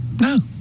no